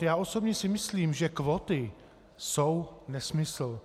Já osobně si myslím, že kvóty jsou nesmysl.